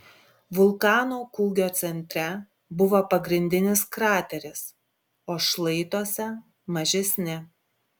vulkano kūgio centre buvo pagrindinis krateris o šlaituose mažesni